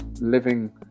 living